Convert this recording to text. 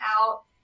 out